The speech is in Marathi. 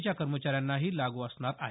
च्या कर्मचाऱ्यांनाही लागू असणार आहेत